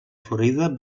florida